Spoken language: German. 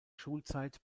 schulzeit